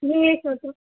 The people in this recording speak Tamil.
இங்கிலிஷ் மட்டும்